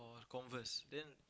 Converse then